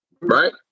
Right